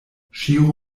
ŝiru